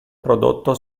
prodotto